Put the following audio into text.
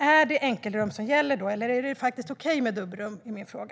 Är det enkelrum som gäller, eller är det okej med dubbelrum? Det är min fråga.